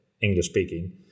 English-speaking